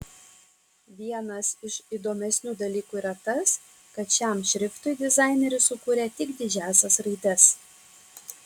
vienas iš įdomesnių dalykų yra tas kad šiam šriftui dizaineris sukūrė tik didžiąsias raides